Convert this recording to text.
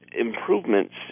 improvements